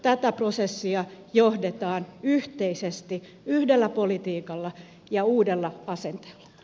tätä prosessia johdetaan yhteisesti yhdellä politiikalla ja uudella asenteella